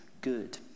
good